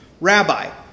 Rabbi